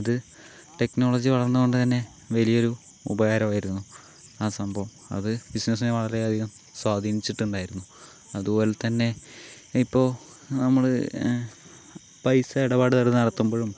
അത് ടെക്നോളജി വളർന്നതുകൊണ്ടു തന്നെ വലിയൊരു ഉപകാരമായിരുന്നു ആ സംഭവം അത് ബിസിനസ്സിനെ വളരെ അധികം സ്വാധീനിച്ചിട്ടുണ്ടായിരുന്നു അതുപോലെത്തന്നെ ഇപ്പോൾ നമ്മൾ പൈസ എടപാടുകൾ നടത്തുമ്പോഴും